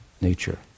nature